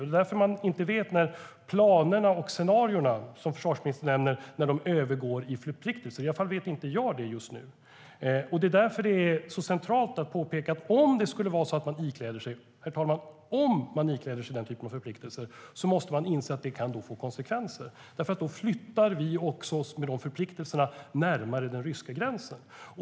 Det är därför vi inte vet när planerna och scenarierna, som försvarsministern nämner, övergår i förpliktelser. I alla fall vet inte jag det just nu. Därför är det centralt att påpeka att man, om man tar på sig den typen av förpliktelser, måste inse att det kan få konsekvenser. Med de förpliktelserna flyttar vi oss också närmare den ryska gränsen.